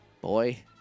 Boy